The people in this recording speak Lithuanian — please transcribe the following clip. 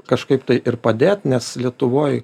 kažkaip tai ir padėt nes lietuvoj